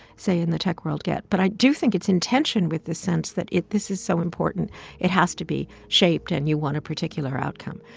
say, in the tech world get, but i do think it's in tension with the sense that this is so important it has to be shaped and you want a particular outcome.